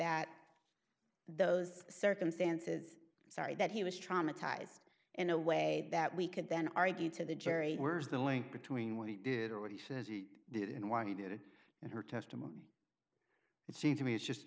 that those circumstances sorry that he was traumatized in a way that we could then argue to the jury where's the link between what he did or what he says he did and why he did it and her testimony it seems to me is just